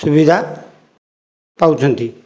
ସୁବିଧା ପାଉଛନ୍ତି